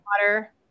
Water